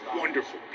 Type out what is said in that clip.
wonderful